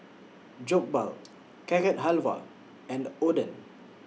Jokbal Carrot Halwa and Oden